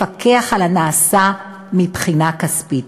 לפקח על הנעשה מבחינה כספית.